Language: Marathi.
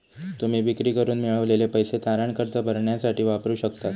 तुम्ही विक्री करून मिळवलेले पैसे तारण कर्ज भरण्यासाठी वापरू शकतास